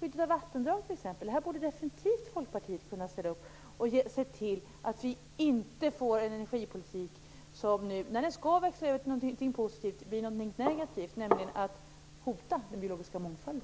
Skyddet av vattendrag är en fråga där Folkpartiet definitivt borde kunna ställa upp och se till att vi inte får en energipolitik som - den skall ju växla över till något som är positivt - blir något som är negativt, nämligen något som hotar den biologiska mångfalden.